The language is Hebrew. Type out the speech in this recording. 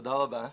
תודה רבה.